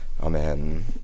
Amen